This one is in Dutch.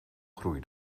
groei